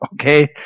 Okay